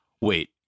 Wait